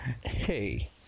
Hey